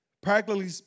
Practically